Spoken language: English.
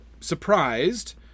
surprised